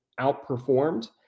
outperformed